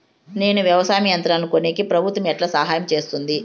నేను వ్యవసాయం యంత్రాలను కొనేకి ప్రభుత్వ ఎట్లా సహాయం చేస్తుంది?